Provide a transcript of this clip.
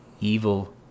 evil